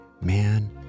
man